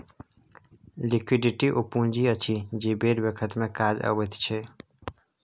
liquidity ओ पुंजी अछि जे बेर बखत मे काज अबैत छै